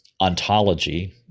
ontology